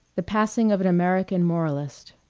the passing of an american moralist